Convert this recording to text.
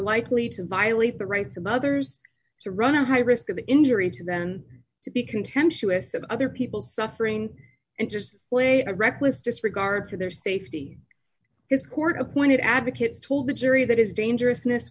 likely to violate the rights of others to run a high risk of injury to them to be contemptuous of other people's suffering and just play a reckless disregard for their safety his court appointed advocates told the jury that his dangerous